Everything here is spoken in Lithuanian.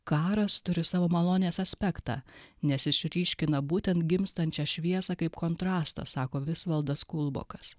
karas turi savo malonės aspektą nes išryškina būtent gimstančią šviesą kaip kontrastą sako visvaldas kulbokas